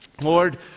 Lord